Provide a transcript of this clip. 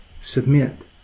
submit